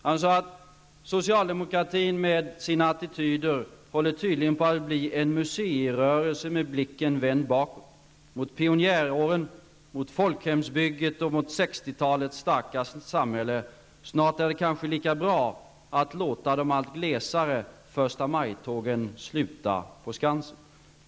Han skriver att socialdemokratin med sina attityder tydligen håller på att bli en museirörelse med blicken vänd bakåt, mot pionjäråren, folkhemsbygget och 60-talets starka samhälle. Snart är det kanske lika bra att låta de allt glesare förstamajtågen sluta på Skansen.